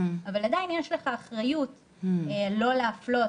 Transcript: אבל עדיין יש לך אחריות לא להפלות,